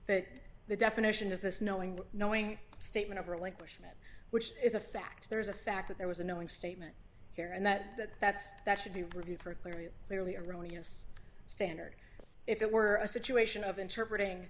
that the definition is this knowing knowing statement of relinquishment which is a fact there is a fact that there was a knowing statement here and that that that's that should be reviewed for cleary clearly erroneous standard if it were a situation of interpretating